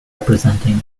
representing